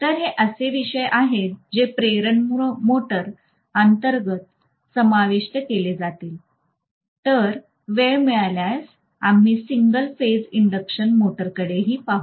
तर हे असे विषय आहेत जे प्रेरण मोटर अंतर्गत समाविष्ट केले जातील तर वेळ मिळाल्यास आम्ही सिंगल फेज इंडक्शन मोटरकडेही पाहू